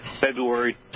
February